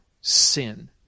sin